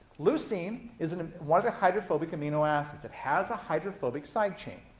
leucine is and ah one of the hydrophobic amino acids. it has a hydrophobic side chain.